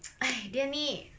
!aiyo! dia ni